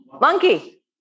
monkey